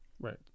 Right